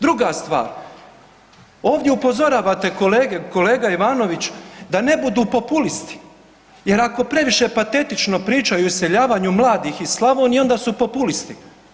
Druga stvar, ovdje upozoravate kolege kolega Ivanović da ne budu populisti jer ako previše patetično pričaju o iseljavanju mladih iz Slavonije onda su populisti.